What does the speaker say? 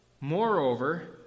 Moreover